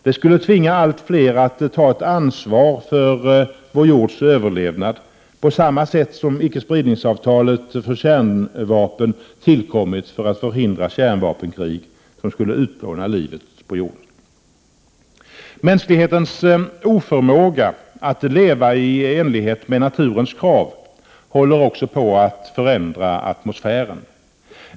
Det skulle tvinga allt fler att ta ett ansvar för vår jords överlevnad, på samma sätt som icke-spridningsavtalet för kärnvapen tillkommit för att förhindra kärnvapenkrig, som skulle utplåna livet på jorden. Mänsklighetens oförmåga att leva i enlighet med naturens krav håller också på att förändra atmosfären.